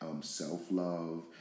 self-love